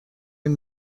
این